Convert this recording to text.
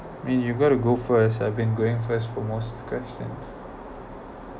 when you got to go first I've been going first for most questions